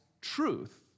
truth